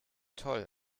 toll